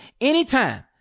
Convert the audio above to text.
anytime